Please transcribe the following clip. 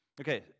Okay